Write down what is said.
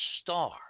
star